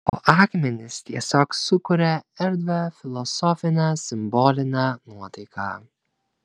o akmenys tiesiog sukuria erdvią filosofinę simbolinę nuotaiką